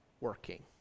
working